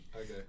Okay